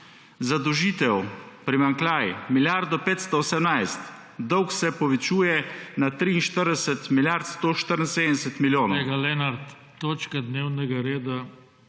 Zadolžitev primanjkljaj milijardo 518, dolg se povečuje na 43 milijard 174 milijonov.